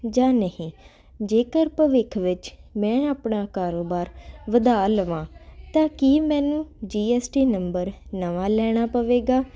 ਜਾਂ ਨਹੀਂ ਜੇਕਰ ਭਵਿੱਖ ਵਿੱਚ ਮੈਂ ਆਪਣਾ ਕਾਰੋਬਾਰ ਵਧਾ ਲਵਾਂ ਤਾਂ ਕੀ ਮੈਨੂੰ ਜੀਐਸਟੀ ਨੰਬਰ ਨਵਾਂ ਲੈਣਾ ਪਵੇਗਾ